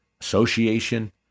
association